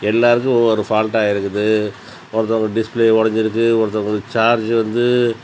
எல்லோருக்கும் ஒவ்வொரு ஃபால்ட்டாக இருக்குது ஒருத்தவங்க டிஸ்பிளே உடஞ்சி இருக்கு ஒருத்தவங்களுக்கு சார்ஜி வந்து